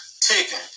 ticking